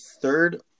third